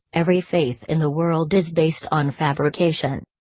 every faith in the world is based on fabrication.